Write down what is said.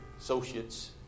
associates